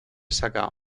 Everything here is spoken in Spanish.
saca